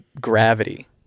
gravity